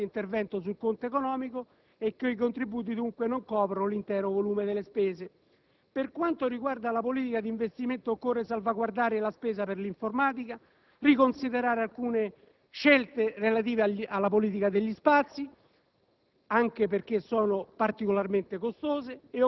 La tabella allegata al bilancio interno dimostra che c'è un rilevante intervento sul conto economico e che i contributi dunque non coprono l'intero volume delle spese. Per quanto riguarda la politica di investimento, occorre salvaguardare la spesa per l'informatica, riconsiderare alcune scelte relative alla politica degli spazi,